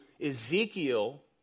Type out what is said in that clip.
Ezekiel